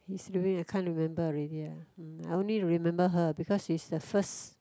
his I can't remember already ah mm I only remember her because she's the first